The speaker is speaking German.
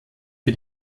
für